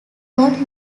board